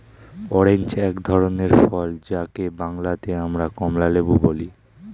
orange এক ধরনের ফল যাকে বাংলাতে আমরা কমলালেবু বলি